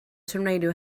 tornado